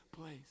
place